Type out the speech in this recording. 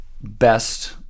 best